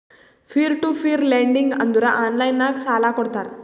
peer to peer lending ಅಂದುರ್ online ನಾಗ್ ಸಾಲಾ ಕೊಡ್ತಾರ